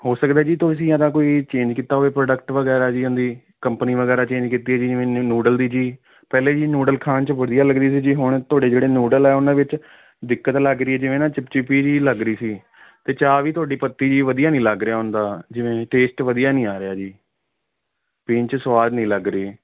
ਹੋ ਸਕਦਾ ਜੀ ਤੁਸੀਂ ਜਾਂ ਤਾਂ ਕੋਈ ਚੇਂਜ ਕੀਤਾ ਹੋਵੇ ਪ੍ਰੋਡਕਟ ਵਗੈਰਾ ਜੀ ਉਹਦੀ ਕੰਪਨੀ ਵਗੈਰਾ ਚੇਂਜ ਕੀਤੀ ਹੈ ਜਿਵੇਂ ਨੂਡਲ ਦੀ ਜੀ ਪਹਿਲੇ ਜੀ ਨੂਡਲ ਖਾਣ 'ਚ ਵਧੀਆ ਲੱਗਦੇ ਸੀ ਜੀ ਹੁਣ ਤੁਹਾਡੇ ਜਿਹੜੇ ਨੂਡਲ ਹੈ ਉਹਨਾਂ ਵਿੱਚ ਦਿੱਕਤ ਲੱਗ ਰਹੀ ਜਿਵੇਂ ਨਾ ਚਿੱਪ ਚਿੱਪੀ ਜਿਹੀ ਲੱਗ ਰਹੀ ਸੀ ਅਤੇ ਚਾਹ ਵੀ ਤੁਹਾਡੀ ਪੱਤੀ ਜੀ ਵਧੀਆ ਨਹੀਂ ਲੱਗ ਰਿਹਾ ਉਹਦਾ ਜਿਵੇਂ ਟੇਸਟ ਵਧੀਆ ਨਹੀਂ ਆ ਰਿਹਾ ਜੀ ਪੀਣ 'ਚ ਸਵਾਦ ਨਹੀਂ ਲੱਗ ਰਹੀ